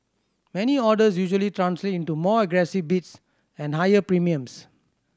many orders usually translate into more aggressive bids and higher premiums